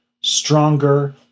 stronger